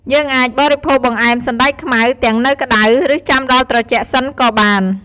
យើងអាចបរិភោគបង្អែមសណ្ដែកខ្មៅទាំងនៅក្ដៅ ឬចាំដល់ត្រជាក់សិនក៏បាន។